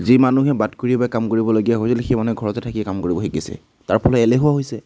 যি মানুহে বাটকুৰি বাই কাম কৰিবলগীয়া হয় সেই মানুহে ঘৰতে থাকিয়ে কাম কৰিব শিকিছে তাৰফলত এলেহুৱা হৈছে